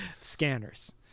Scanners